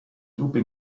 truppe